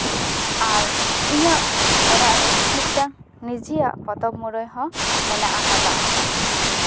ᱟᱨ ᱤᱧᱟᱹᱝ ᱚᱲᱟᱜ ᱨᱮ ᱱᱤᱡᱮᱭᱟᱜ ᱯᱚᱛᱚᱵ ᱢᱩᱨᱟᱹᱭ ᱦᱚᱸ ᱢᱮᱱᱟᱜ ᱠᱟᱫᱟ